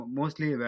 mostly